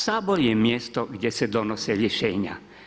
Sabor je mjesto gdje se donose rješenja.